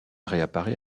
réapparaît